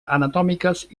anatòmiques